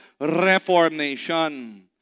reformation